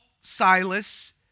Silas